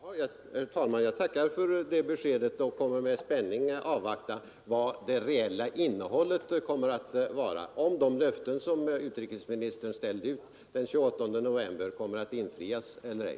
Herr talman! Jag tackar för det beskedet och avvaktar med spänning vad det reella innehållet kommer att vara, om de löften utrikesministern ställde ut den 28 november kommer att infrias eller ej.